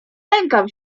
lękam